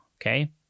okay